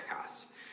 costs